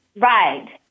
Right